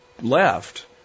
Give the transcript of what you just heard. Left